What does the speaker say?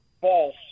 false